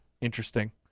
Interesting